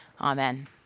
Amen